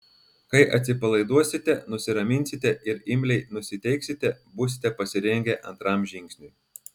kai atsipalaiduosite nusiraminsite ir imliai nusiteiksite būsite pasirengę antram žingsniui